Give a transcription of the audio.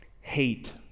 hate